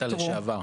נת"ע לשעבר.